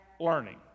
learning